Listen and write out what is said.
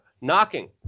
knocking